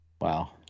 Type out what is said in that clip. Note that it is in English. Wow